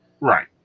Right